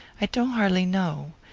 i don't har'ly know.